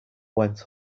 went